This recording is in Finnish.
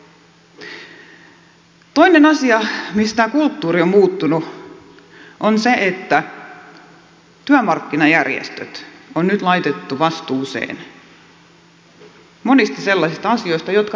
toinen asia missä tämä kulttuuri on muuttunut on se että työmarkkinajärjestöt on nyt laitettu vastuuseen monista sellaisista asioista jotka eivät heille kuulu